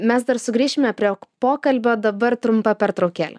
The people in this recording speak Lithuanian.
mes dar sugrįšime prie pokalbio dabar trumpa pertraukėlė